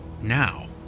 now